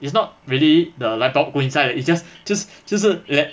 it's not really the light bulb go inside it's just 就是就是 like